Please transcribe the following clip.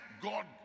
God